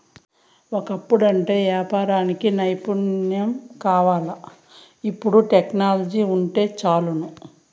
ఒకప్పుడంటే యాపారానికి నైపుణ్యం కావాల్ల, ఇపుడు టెక్నాలజీ వుంటే చాలును